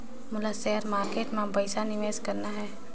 मोला share market मां पइसा निवेश करना हे?